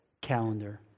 calendar